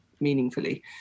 meaningfully